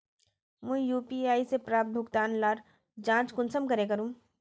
मुई यु.पी.आई से प्राप्त भुगतान लार जाँच कुंसम करे करूम?